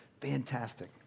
Fantastic